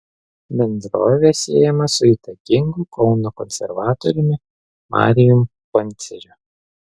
bendrovė siejama su įtakingu kauno konservatoriumi marijum panceriu